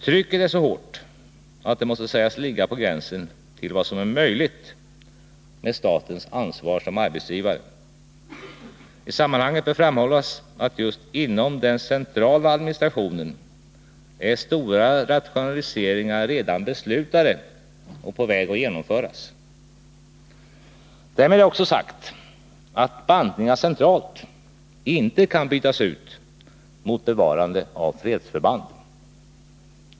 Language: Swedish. Trycket är så hårt att det måste sägas ligga på gränsen till vad som är möjligt med tanke på statens ansvar som arbetsgivare. I sammanhanget bör framhållas att just inom den centrala administrationen är stora rationaliseringar redan beslutade och på väg att genomföras. Därmed är också sagt att bantningar centralt inte kan bytas ut mot bevarandet av fredsförband.